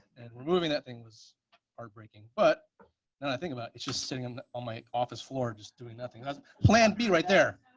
and removing that thing was heartbreaking. but now i think about it, it's just sitting and on my office floor just doing nothing. that's plan b right there.